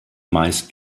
meist